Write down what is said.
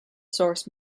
source